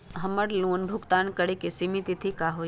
हमर लोन भुगतान करे के सिमित तिथि का हई?